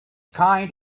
kind